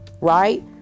right